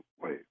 wait